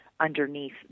underneath